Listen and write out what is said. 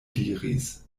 diris